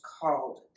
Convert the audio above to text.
called